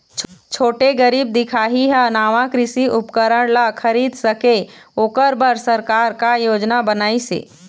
छोटे गरीब दिखाही हा नावा कृषि उपकरण ला खरीद सके ओकर बर सरकार का योजना बनाइसे?